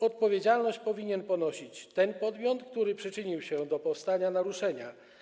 Odpowiedzialność powinien ponosić ten podmiot, który przyczynił się do powstania naruszenia.